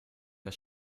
der